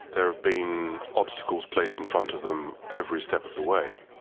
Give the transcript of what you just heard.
there have been obstacles placed in front of them every step of the way.